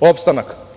opstanak.